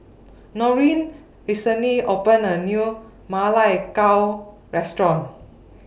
Noreen recently opened A New Ma Lai Gao Restaurant